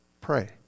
Pray